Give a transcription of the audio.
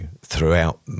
throughout